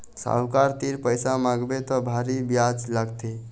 साहूकार तीर पइसा मांगबे त भारी बियाज लागथे